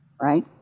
right